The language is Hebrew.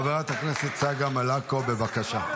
חברת הכנסת צגה מלקו, בבקשה.